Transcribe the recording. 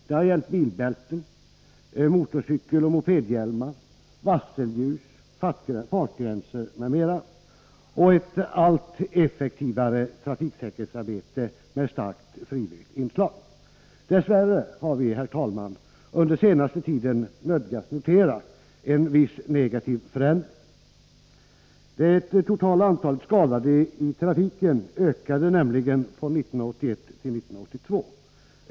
Det har gällt bilbälten, motorcykeloch mopedhjälmar, varselljus, fartgränser m.m. och ett allt effektivare trafiksäkerhetsarbete med starkt frivilligt inslag. Dess värre har vi, herr talman, under den senaste tiden nödgats notera en viss negativ förändring. Det totala antalet skadade i trafiken ökade nämligen från 1981 till 1982.